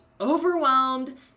overwhelmed